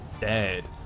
dead